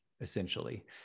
essentially